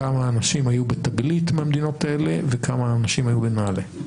כמה אנשים היו ב'תגלית' מהמדינות האלה וכמה אנשים בנעל"ה?